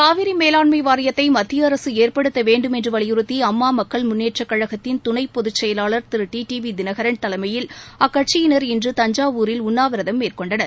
காவிரி மேலாண்மை வாரியத்தை மத்திய அரசு ஏற்படுத்த வேண்டும் என்று வலியுறுத்தி அம்மா மக்கள் முன்னேற்றக் கழகத்தின் துணை பொதுச் செயலாளர் திரு டிடிவி தினகரன் தலைமையில் அக்கட்சியினர் இன்று தஞ்சாவூரில் உண்ணாவிரதம் மேற்கொண்டனர்